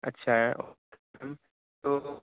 اچھا تو